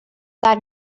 that